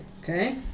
Okay